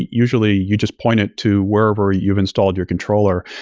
usually you just point it to wherever you've installed your controller.